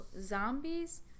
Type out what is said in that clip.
zombies